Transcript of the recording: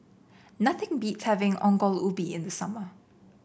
nothing beats having Ongol Ubi in the summer